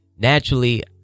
naturally